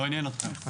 לא עניין אתכם.